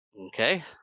okay